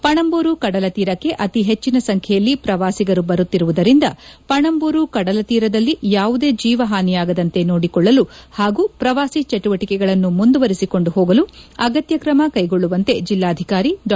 ಪಣಂಬೂರು ಕಡಲತೀರಕ್ಕೆ ಅತೀ ಹೆಚ್ಚಿನ ಸಂಖ್ಯೆಯಲ್ಲಿ ಪ್ರವಾಸಿಗರು ಬರುತ್ತಿರುವುದರಿಂದ ಪಣಂಬೂರು ಕಡಲ ತೀರದಲ್ಲಿ ಯಾವುದೇ ಜೀವ ಹಾನಿಯಾಗದಂತೆ ನೋಡಿಕೊಳ್ಳಲು ಹಾಗೂ ಪ್ರವಾಸಿ ಚಟುವಟಿಕೆಗಳನ್ನು ಮುಂದುವರೆಸಿಕೊಂದು ಹೋಗಲು ಅಗತ್ಯ ಕ್ರಮ ಕೈಗೊಳ್ಳುವಂತೆ ಜಿಲ್ನಾಧಿಕಾರಿ ಡಾ